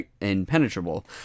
impenetrable